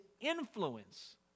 influence